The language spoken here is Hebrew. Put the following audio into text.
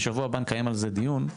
בשבוע הבא נקיים על זה דיון.